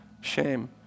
shame